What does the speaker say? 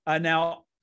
Now